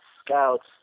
scouts